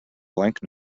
blank